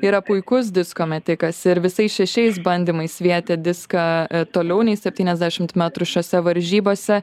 yra puikus disko metikas ir visais šešiais bandymais sviedė diską toliau nei septyniasdešimt metrų šiose varžybose